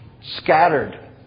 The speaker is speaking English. scattered